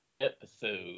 episode